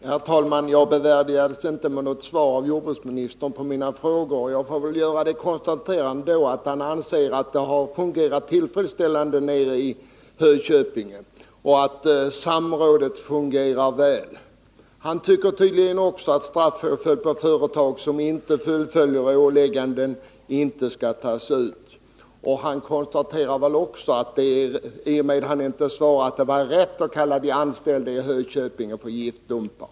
Herr talman! Jag bevärdigades inte med något svar av jordbruksministern på mina frågor. Jag får väl då göra konstaterandet att han anser att det har fungerat tillfredsställande i Hököpinge och att samrådet fungerar väl. Jordbruksministern tycker tydligen också att straffet för företag som inte fullföljer ålägganden inte skall tas ut. Eftersom han inte svarade anser han väl också att det var rätt att kalla de anställda i Hököpinge för giftdumpare.